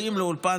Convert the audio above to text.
באים לאולפן,